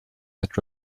that